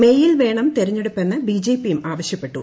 മേയിൽ വേണം തെരഞ്ഞെടുപ്പെന്ന് ബിജെപിയും ആവശ്യപ്പെട്ടു